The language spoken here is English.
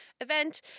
event